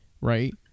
right